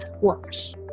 works